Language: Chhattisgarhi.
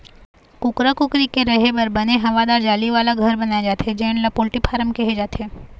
कुकरा कुकरी के रेहे बर बने हवादार जाली वाला घर बनाए जाथे जेन ल पोल्टी फारम कहे जाथे